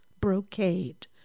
brocade